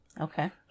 Okay